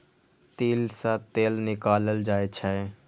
तिल सं तेल निकालल जाइ छै